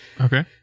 Okay